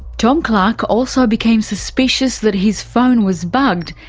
tom clark also became suspicious that his phone was bugged,